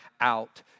out